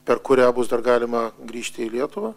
per kurią bus dar galima grįžti į lietuvą